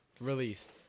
released